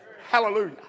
Hallelujah